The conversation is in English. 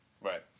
Right